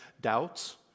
doubts